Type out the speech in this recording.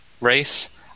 race